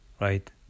right